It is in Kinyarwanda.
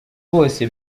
bose